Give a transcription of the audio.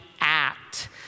act